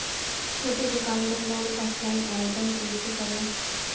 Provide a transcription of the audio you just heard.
छोटे दुकान बर लोन ऑफलाइन आवेदन कइसे करो?